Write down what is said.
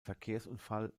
verkehrsunfall